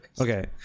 Okay